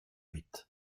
huit